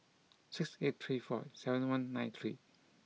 six eight three four seven one nine three